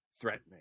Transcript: threatening